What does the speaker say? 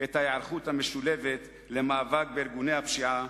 את ההיערכות המשולבת למאבק בארגוני הפשיעה,